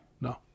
no